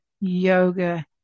Yoga